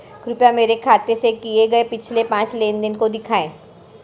कृपया मेरे खाते से किए गये पिछले पांच लेन देन को दिखाएं